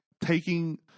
taking